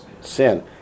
Sin